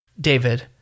David